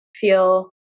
feel